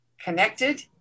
connected